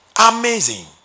Amazing